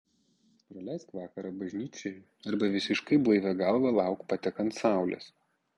praleisk vakarą bažnyčioje arba visiškai blaivia galva lauk patekant saulės